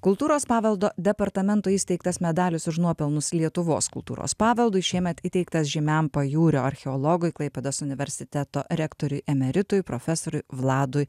kultūros paveldo departamento įsteigtas medalis už nuopelnus lietuvos kultūros paveldui šiemet įteiktas žymiam pajūrio archeologui klaipėdos universiteto rektoriui emeritui profesoriui vladui